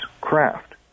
craft